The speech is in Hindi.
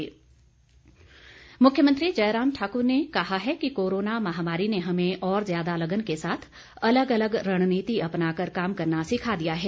मुख्यमंत्री मुख्यमंत्री जयराम ठाकुर ने कहा है कि कोरोना महामारी ने हमें और ज्यादा लगन के साथ अलग अलग रणनीति अपनाकर काम करना सिखा दिया है